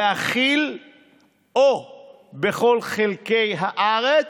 להכיל "או בכל חלקי הארץ"